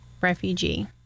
refugee